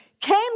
came